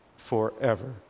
Forever